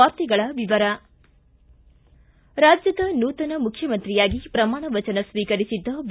ವಾರ್ತೆಗಳ ವಿವರ ರಾಜ್ಞದ ನೂತನ ಮುಖ್ಜಮಂತ್ರಿಯಾಗಿ ಪ್ರಮಾಣ ವಚನ ಸ್ವೀಕರಿಸಿದ್ದ ಬಿ